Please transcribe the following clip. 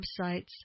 websites